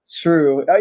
True